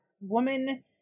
woman